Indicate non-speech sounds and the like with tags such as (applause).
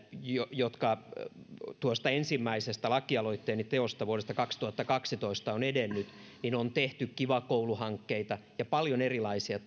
jotka tuosta ensimmäisestä lakialoitteeni teosta vuodesta kaksituhattakaksitoista ovat edenneet on tehty kiva koulu hankkeita ja paljon erilaisia (unintelligible)